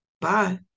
Bye